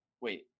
wait